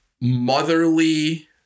motherly